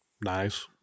nice